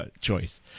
choice